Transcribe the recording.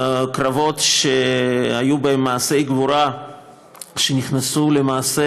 בקרבות שהיו בהם מעשי גבורה שנכנסו למעשה